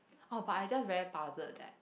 oh but I just very puzzled that